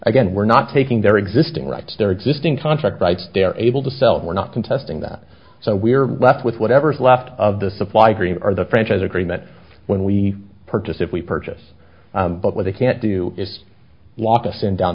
again we're not taking their existing rights their existing contract rights they're able to sell it we're not contesting that so we're left with whatever's left of the supply agreement are the franchise agreement when we purchase if we purchase but what they can't do is